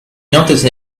noticed